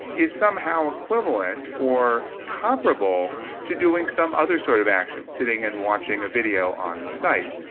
is somehow equivalent or comparable to doing some other sort of action, sitting and watching a video on the site.